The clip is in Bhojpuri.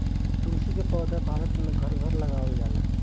तुलसी के पौधा भारत में घर घर लगावल जाला